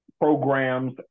programs